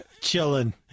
Chilling